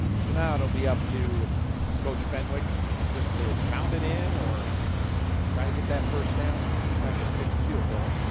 and ah will be up to coach fenwick just to pound it in or try to get that first down. he's not gonna kick a field goal.